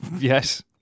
Yes